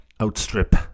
outstrip